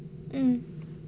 mm